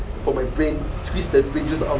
for my brain twist the brain juice out of